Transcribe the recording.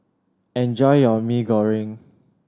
enjoy your Maggi Goreng